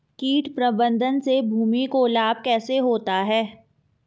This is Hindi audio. कीट प्रबंधन से भूमि को लाभ कैसे होता है?